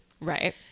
right